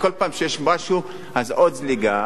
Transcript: כל פעם שיש משהו אז עוד זליגה,